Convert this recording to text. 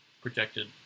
Projected